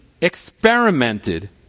experimented